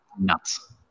nuts